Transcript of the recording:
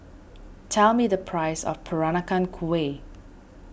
tell me the price of Peranakan Kueh